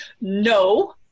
no